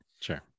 sure